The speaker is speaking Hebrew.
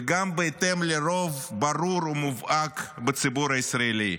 וגם בהתאם לרוב ברור ומובהק בציבור הישראלי.